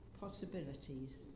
possibilities